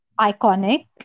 iconic